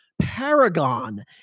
paragon